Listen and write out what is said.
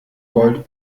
volt